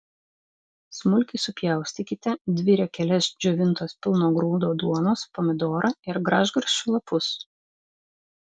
smulkiai supjaustykite dvi riekeles džiovintos pilno grūdo duonos pomidorą ir gražgarsčių lapus